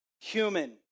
human